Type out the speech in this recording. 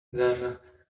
then